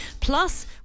Plus